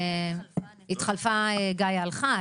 גאיה הלכה,